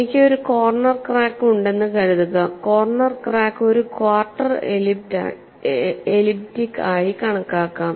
എനിക്ക് ഒരു corner crack ഉണ്ടെന്ന് കരുതുക കോർണർ ക്രാക്ക് ഒരു ക്വാർട്ടർ എലിപ്റ്റിക് ആയി കണക്കാക്കാം